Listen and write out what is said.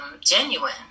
genuine